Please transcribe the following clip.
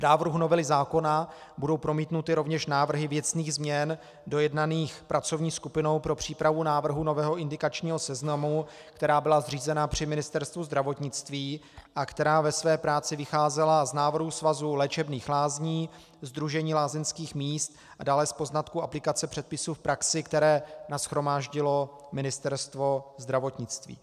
V návrhu novely zákona budou promítnuty rovněž návrhy věcných změn dojednaných pracovní skupinou pro přípravu návrhu nového indikačního seznamu, která byla zřízena při Ministerstvu zdravotnictví a která ve své práci vycházela z návrhů Svazu léčebných lázní, Sdružení lázeňských míst a dále z poznatků aplikace předpisů v praxi, které nashromáždilo Ministerstvo zdravotnictví.